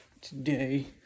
today